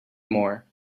more